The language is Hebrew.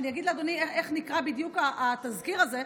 אני אגיד לאדוני איך בדיוק נקרא התזכיר הזה: